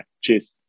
cheers